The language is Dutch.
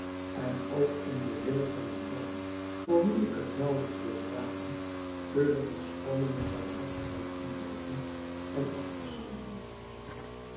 en ook om de wille van een zoon voor wien ik het naauwelijks durf wagen uwe verschoonende barmhartigheid in te roepen en af te smeeken